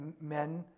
men